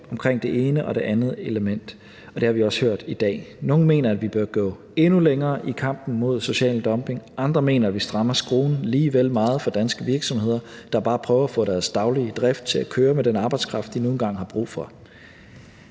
omkring det ene og det andet element, og det har vi også hørt i dag. Nogle mener, at vi bør gå endnu længere i kampen mod social dumping, mens andre mener, at vi strammer skruen lige vel meget for danske virksomheder, der bare prøver at få deres daglige drift til at køre med den arbejdskraft, de nu engang har brug for.